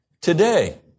today